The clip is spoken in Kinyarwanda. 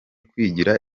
kwigira